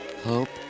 hope